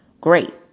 Great